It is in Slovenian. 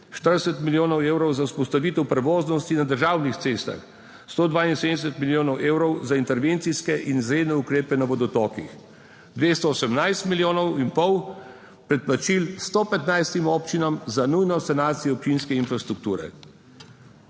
40 milijonov evrov za vzpostavitev prevoznosti na državnih cestah, 172 milijonov evrov, za intervencijske in izredne ukrepe na vodotokih, 218 milijonov in pol predplačil 115 občinam za nujno sanacijo občinske infrastrukture